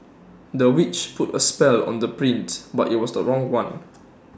the witch put A spell on the prince but IT was the wrong one